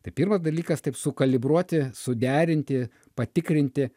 tai pirmas dalykas taip sukalibruoti suderinti patikrinti